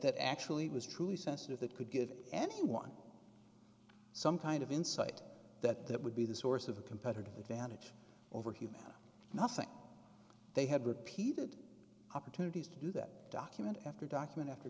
actually was truly sensitive that could give anyone some kind of insight that that would be the source of a competitive advantage over humanity nothing they had repeated opportunities to do that document after document after